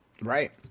Right